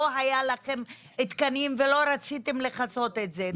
לא היה לכם תקנים ולא רציתם לכסות את זה.